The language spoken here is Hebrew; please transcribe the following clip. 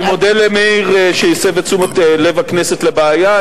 אני מודה למאיר שהסב את תשומת לב הכנסת לבעיה.